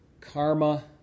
Karma